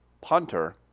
punter